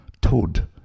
Toad